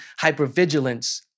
hypervigilance